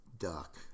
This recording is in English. Duck